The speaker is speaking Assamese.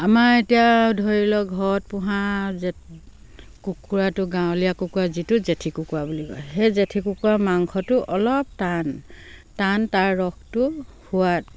আমাৰ এতিয়া ধৰি লওক ঘৰত পোহা কুকুৰাটো গাঁৱলীয়া কুকুৰা যিটো জেঠী কুকুৰা বুলি কয় সেই জেঠী কুকুৰাৰ মাংসটো অলপ টান টান তাৰ ৰসটো সোৱাদ